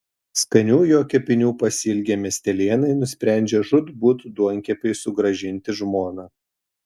skanių jo kepinių pasiilgę miestelėnai nusprendžia žūtbūt duonkepiui sugrąžinti žmoną